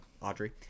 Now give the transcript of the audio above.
Audrey